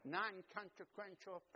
non-consequential